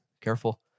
careful